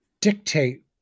dictate